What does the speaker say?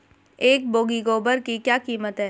एक बोगी गोबर की क्या कीमत है?